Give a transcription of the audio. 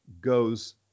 goes